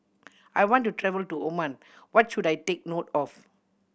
I want to travel to Oman What should I take note of